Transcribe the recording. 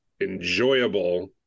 enjoyable